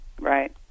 Right